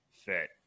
Fit